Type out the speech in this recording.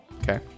Okay